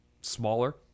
smaller